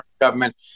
government